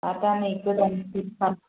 आरो दा नै गोदान सरकार